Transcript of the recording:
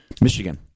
Michigan